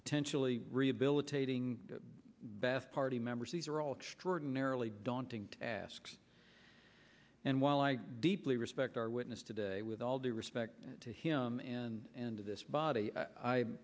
potentially rehabilitating bath party members these are all extraordinarily daunting tasks and while i deeply respect our witness today with all due respect to him and to this body i